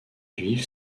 vivent